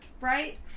right